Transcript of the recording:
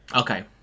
Okay